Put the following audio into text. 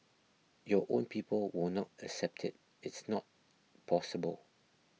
your own people will not accept it it's not possible